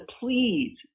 please